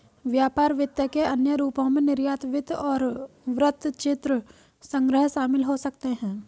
व्यापार वित्त के अन्य रूपों में निर्यात वित्त और वृत्तचित्र संग्रह शामिल हो सकते हैं